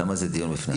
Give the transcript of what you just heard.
שם זה דיון בפני עצמו.